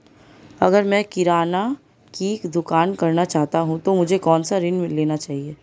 अगर मैं किराना की दुकान करना चाहता हूं तो मुझे कौनसा ऋण लेना चाहिए?